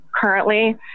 currently